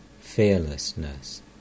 fearlessness